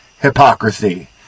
hypocrisy